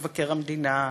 מבקר המדינה,